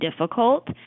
difficult